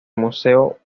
museo